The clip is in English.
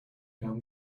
down